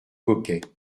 coquet